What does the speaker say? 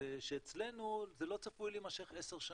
זה שאצלנו זה לא צפוי להימשך עשר שנים,